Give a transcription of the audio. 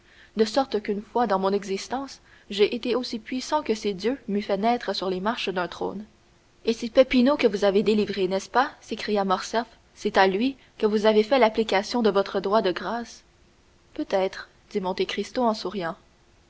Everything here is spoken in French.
de sorte qu'une fois dans mon existence j'ai été aussi puissant que si dieu m'eût fait naître sur les marches d'un trône et c'est peppino que vous avez délivré n'est-ce pas s'écria morcerf c'est à lui que vous avez fait l'application de votre droit de grâce peut-être dit monte cristo en souriant